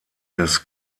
des